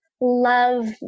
love